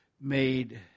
made